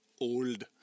old